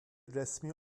resmi